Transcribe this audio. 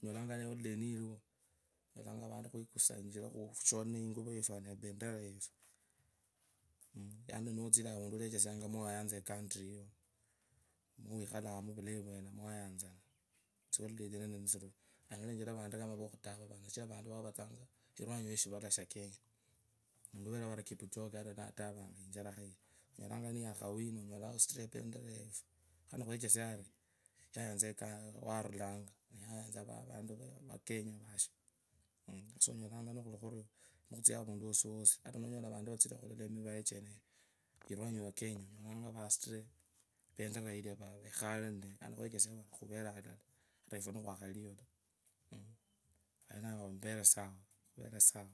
onyalenga tsiholiday nitsituwe onyolanga khushirire tsingure, tsifanire ependera yefu, yani nutsire avundu olechesianga mwavayanza ecountry yiyo, namenjera vantu kama vukhutava vano, kachira vantu vawo vatsisanga iwangi weshivala shakenya. Muntu uwerewo vari kipchoge ata nutava icharekha ilia, onyolanga niyakhawina, onyola usuture ependera yefu khwechesia ariyayanza vakenya. nutsia avantu wosiwosi, atanuyola avantu vatsire khulola nimpoyo chenecho, onyolaa vasuture empendera yakenya khwechesia vari khualala, ata afwee nikhakaliyo, awengo khuvere sawa.